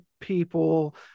people